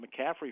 McCaffrey